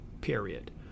period